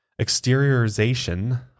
exteriorization